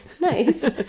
Nice